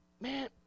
man